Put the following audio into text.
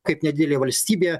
kaip nedidelė valstybė